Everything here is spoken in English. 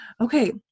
Okay